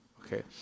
Okay